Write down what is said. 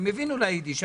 אני מבין אולי יידיש.